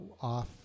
off